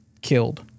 killed